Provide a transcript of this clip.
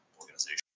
organization